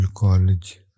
college